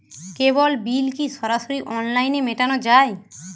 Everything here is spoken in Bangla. কেবল বিল কি সরাসরি অনলাইনে মেটানো য়ায়?